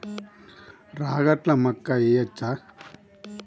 రాగట్ల మక్కా వెయ్యచ్చా?